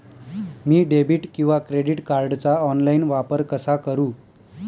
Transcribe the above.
मी debit किंवा credit कार्डचा online वापर कसा करु?